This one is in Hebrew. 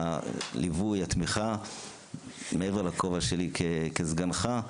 מעבר לכובעי כסגנך,